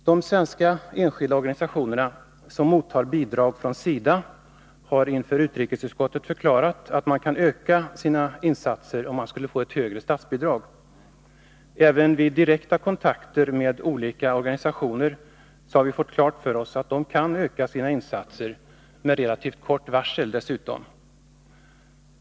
De svenska enskilda organisationerna, som mottar bidrag från SIDA, har inför utskottet förklarat att man kan öka sina biståndsinsatser, om man skulle få ett högre statsbidrag. Vid direkta kontakter med olika organisationer har vi också fått klart för oss att de kan öka sina insatser med relativt kort varsel.